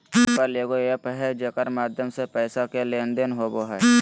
पे पल एगो एप्प है जेकर माध्यम से पैसा के लेन देन होवो हय